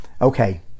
Okay